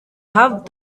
have